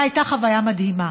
זו הייתה חוויה מדהימה.